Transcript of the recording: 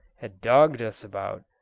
had dogged us about,